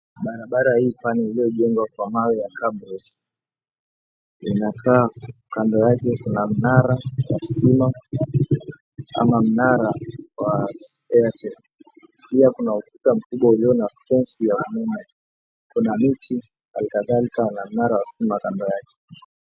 Barabara hii pale iliyojengwa kwa mawe ya cabros . Inakaa kando yake kuna mnara wa stima ama mnara wa Airtel. Pia kuna ukuta mkubwa ulio na fensi ya umeme. Kuna miti, alikadhalika na mnara wa stima kando yake.